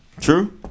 True